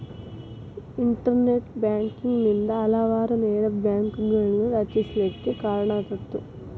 internet banking ನಿಂದಾ ಹಲವಾರು ನೇರ ಬ್ಯಾಂಕ್ಗಳನ್ನ ರಚಿಸ್ಲಿಕ್ಕೆ ಕಾರಣಾತು